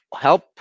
help